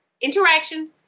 interaction